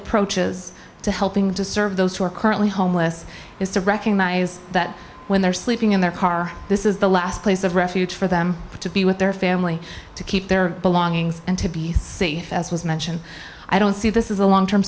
approaches to helping to serve those who are currently homeless is to recognize that when they're sleeping in their car this is the last place of refuge for them to be with their family to keep their belongings and to be safe as was mentioned i don't see this is a long term